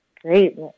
great